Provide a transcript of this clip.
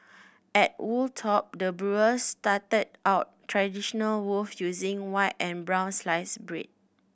at Wold Top the brewers started out traditional loave using white and brown sliced bread